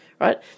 right